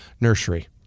nursery